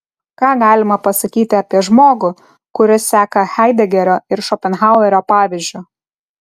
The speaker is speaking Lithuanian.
ką galima pasakyti apie žmogų kuris seka haidegerio ir šopenhauerio pavyzdžiu